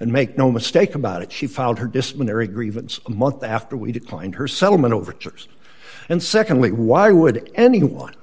and make no mistake about it she found her disciplinary grievance a month after we declined her settlement overtures and secondly why would anyone